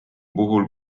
puhul